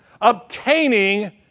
obtaining